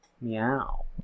Meow